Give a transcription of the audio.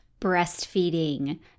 breastfeeding